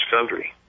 country